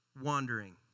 wandering